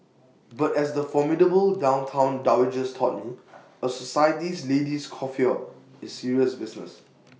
but as the formidable downtown dowagers taught me A society lady's coiffure is serious business